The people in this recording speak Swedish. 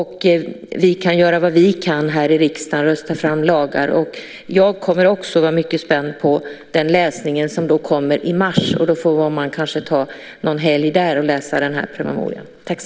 Vi här i riksdagen kan göra vad vi kan genom att rösta fram lagar. Jag kommer också att vara mycket spänd på den läsning som kommer i mars. Man får kanske ta någon helg där och läsa den här propositionen.